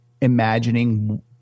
imagining